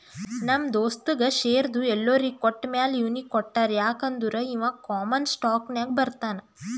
ನಮ್ ದೋಸ್ತಗ್ ಶೇರ್ದು ಎಲ್ಲೊರಿಗ್ ಕೊಟ್ಟಮ್ಯಾಲ ಇವ್ನಿಗ್ ಕೊಟ್ಟಾರ್ ಯಾಕ್ ಅಂದುರ್ ಇವಾ ಕಾಮನ್ ಸ್ಟಾಕ್ನಾಗ್ ಬರ್ತಾನ್